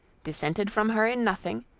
dissented from her in nothing,